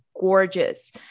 gorgeous